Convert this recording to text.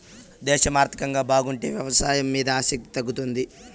దేశం ఆర్థికంగా బాగుంటే వ్యవసాయం మీద ఆసక్తి తగ్గుతుంది